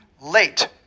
late